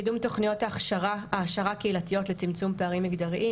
קידום תוכניות העשרה קהילתיות לצמצום פערים מגדריים,